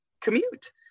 commute